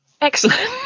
Excellent